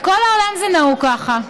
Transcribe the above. בכל העולם זה נהוג ככה.